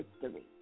history